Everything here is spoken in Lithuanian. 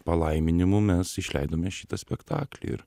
palaiminimu mes išleidome šitą spektaklį ir